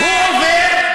הוא עובר,